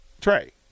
Trey